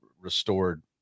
restored